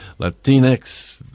Latinx